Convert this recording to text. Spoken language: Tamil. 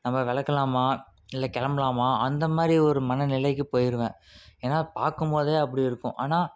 நம்ப விளக்குலாமா இல்லை கிளம்புலாமா அந்த மாதிரி ஒரு மன நிலைக்கு போயிடுவேன் ஏனால் பார்க்கும் போதே அப்படி இருக்கும் ஆனால்